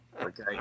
Okay